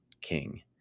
king